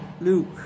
Luke